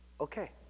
okay